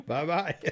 Bye-bye